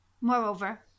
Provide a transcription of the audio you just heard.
Moreover